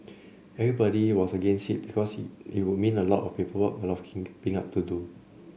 everybody was against it because it would mean a lot of paperwork a lot of keeping up to do